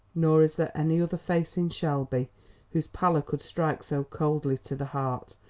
nor is there any other face in shelby whose pallor could strike so coldly to the heart,